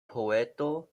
poeto